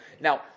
Now